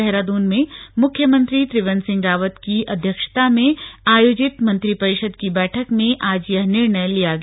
देहराद्न में मुख्यमंत्री त्रिवेन्द्र सिंह रावत की अध्यक्षता में आयोजित मंत्रिपरिषद की बैठक में आज यह निर्णय लिया गया